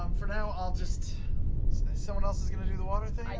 um for now, i'll just someone else is going to do the water thing, like